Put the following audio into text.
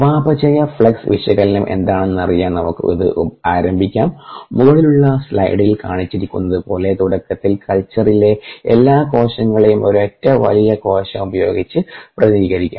ഉപാപചയ ഫ്ലക്സ് വിശകലനം എന്താണെന്നറിയാൻ നമുക്ക് ഇത് ആരംഭിക്കാം മുകളിലുള്ള സ്ലൈഡിൽ കാണിച്ചിരിക്കുന്നതുപോലെ തുടക്കത്തിൽ കൽച്ചറിലെ എല്ലാ കോശങ്ങളെയും ഒരൊറ്റ വലിയ കോശം ഉപയോഗിച്ച് പ്രതിനിധീകരിക്കാം